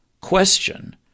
question